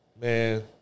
Man